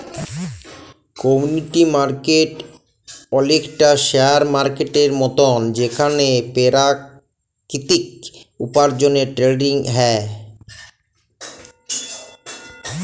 commodity market অলেকটা share মার্কেটের মতল যেখালে পেরাকিতিক উপার্জলের টেরেডিং হ্যয়